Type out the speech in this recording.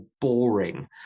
boring